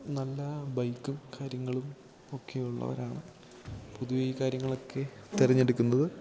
നല്ല ബൈക്കും കാര്യങ്ങളും ഒക്കെ ഉള്ളവരാണ് പൊതുവേ ഈ കാര്യങ്ങളൊക്കെ തിരഞ്ഞെടുക്കുന്നത്